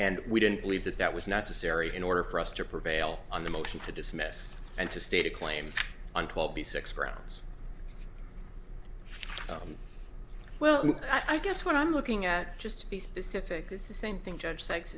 and we didn't believe that that was necessary in order for us to prevail on the motion to dismiss and to state a claim on twelve b six grounds well i guess what i'm looking at just to be specific this is same thing judge sex